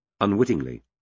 unwittingly